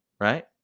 right